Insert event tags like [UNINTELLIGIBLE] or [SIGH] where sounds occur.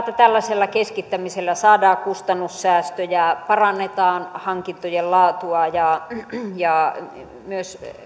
[UNINTELLIGIBLE] että tällaisella keskittämisellä saadaan kustannussäästöjä parannetaan hankintojen laatua ja ja myös